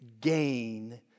gain